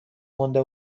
مونده